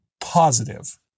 positive